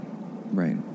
Right